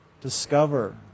Discover